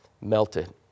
melted